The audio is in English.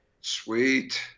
Sweet